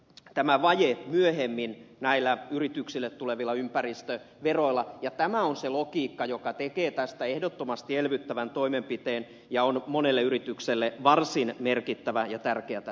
on tämä vaje täytetään myöhemmin yrityksille tulevilla ympäristöveroilla ja tämä on se logiikka joka tekee tästä ehdottomasti elvyttävän toimenpiteen ja on monelle yritykselle varsin merkittävä ja tärkeitä